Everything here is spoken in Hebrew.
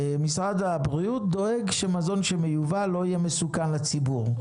משרד הבריאות דואג שמזון שמיובא לא יהיה מסוכן לציבור.